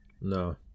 No